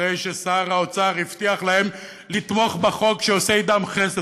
אחרי ששר החוץ הבטיח להם לתמוך בחוק שעושה אתם חסד,